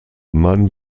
man